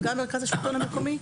וגם מרכז השלטון המקומי.